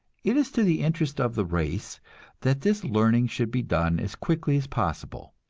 it is to the interest of the race that this learning should be done as quickly as possible.